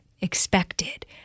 expected